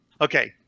Okay